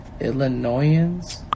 Illinoisans